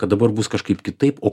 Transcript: kad dabar bus kažkaip kitaip o